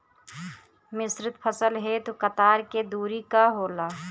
मिश्रित फसल हेतु कतार के दूरी का होला?